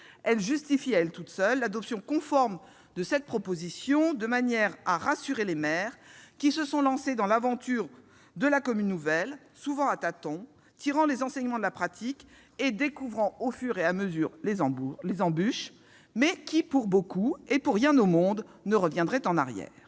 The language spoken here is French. Elle justifie à elle seule l'adoption conforme de cette proposition de loi de manière à rassurer les maires qui se sont lancés dans l'aventure de la commune nouvelle, souvent à tâtons, tirant les enseignements de la pratique et découvrant au fur et à mesure les embûches, mais qui, pour beaucoup, ne reviendraient pour rien au monde en arrière.